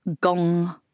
gong